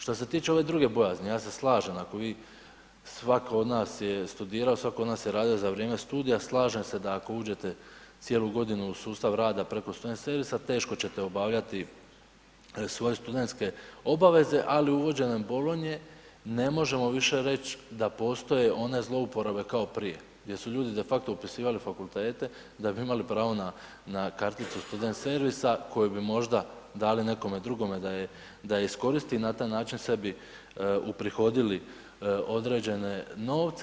Što se tiče ove druge bojazni, ja se slažem, ako vi svako od nas je studirao, svako od nas je radio za vrijeme studija, slažem se da ako uđete cijelu godinu u sustav rada preko student servisa teško ćete obavljati svoje studentske obaveze, ali uvođenjem Bolonje ne možemo više reći da postoje one zlouporabe kao prije gdje su ljudi de facto upisivali fakultete da bi imali pravo na karticu student servisa koju bi možda dali nekome drugome da ju iskoristi i na taj način sebi uprihodili određene novce.